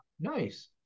Nice